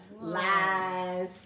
Lies